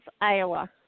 Iowa